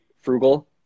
frugal